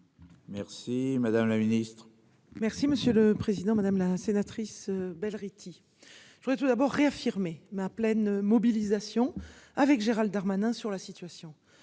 Merci madame la ministre. Merci monsieur le président, madame la sénatrice. Rithy je voudrais tout d'abord réaffirmer ma pleine mobilisation avec Gérald Darmanin sur la situation